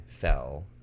fell